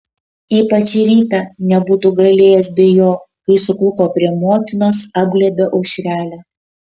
ypač šį rytą nebūtų galėjęs be jo kai suklupo prie motinos apglėbė aušrelę